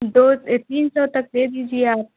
दो ए तीन सौ तक दे दीजिए आप